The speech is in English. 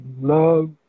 love